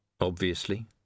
obviously